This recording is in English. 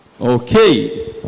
Okay